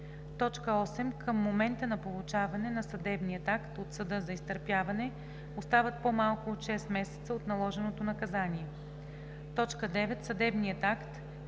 актът; 8. към момента на получаване на съдебния акт от съда за изтърпяване остават по-малко от 6 месеца от наложеното наказание; 9. съдебният акт